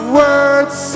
words